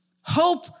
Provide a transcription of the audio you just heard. Hope